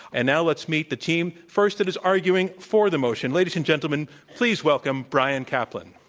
and now let's meet the team first that is arguing for the motion. ladies and gentlemen, please welcome bryan caplan.